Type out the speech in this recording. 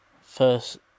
First